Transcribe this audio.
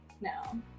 no